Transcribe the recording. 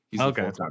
Okay